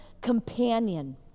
companion